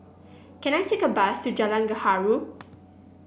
can I take a bus to Jalan Gaharu